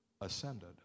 ascended